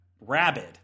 Rabid